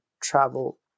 travel